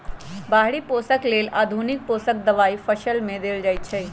बाहरि पोषक लेल आधुनिक पोषक दबाई फसल में देल जाइछइ